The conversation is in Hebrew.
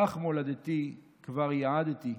/ לך מולדתי כבר ייעדתי,